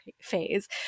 phase